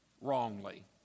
wrongly